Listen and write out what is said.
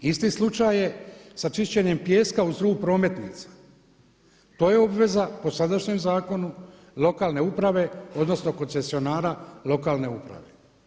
Isti slučaj je sa čišćenjem pijeska uz rub prometnica, to je obveza po sadašnjem zakonu, lokalne uprave odnosno koncesionara lokalne uprave.